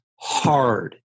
hard